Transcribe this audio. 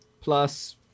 plus